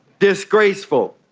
disgraceful!